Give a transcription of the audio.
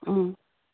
ꯎꯝ